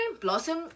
Blossom